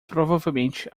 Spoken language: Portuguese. provavelmente